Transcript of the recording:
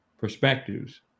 perspectives